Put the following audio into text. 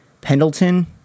pendleton